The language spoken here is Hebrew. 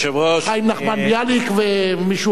אתה שואל: חיים נחמן ביאליק ומישהו אחר.